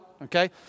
Okay